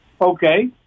Okay